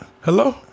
Hello